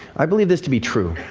i believe this to be true,